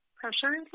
pressure